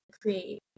create